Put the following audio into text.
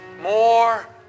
more